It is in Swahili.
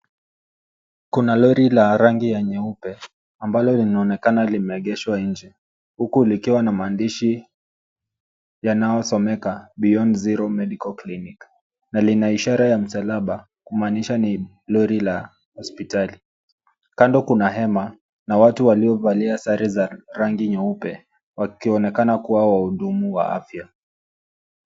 Kuna lori la rangi ya nyeupe ambalo linaonekana limeegeshwa nje huku likiwa na maandishi yanayosomeka beyond zero medical clinic na lina ishara ya msalaba kumaanisha ni lori la hospitali. Kando kuna hema na watu waliovalia sare za rangi nyeupe wakionekana kuwa wahudumu wa afya.